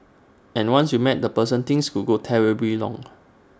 and once you meet that person things could go terribly wrong